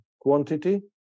Quantity